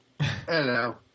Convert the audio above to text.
Hello